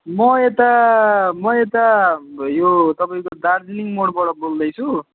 म एता म एता यो तपाईँको दार्जिलिङ मोडबाट बोल्दैछु